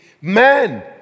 man